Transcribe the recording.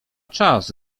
czas